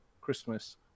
Christmas